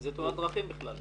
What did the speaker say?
זה תאונת דרכים בכלל.